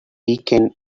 weekend